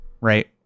right